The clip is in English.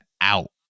out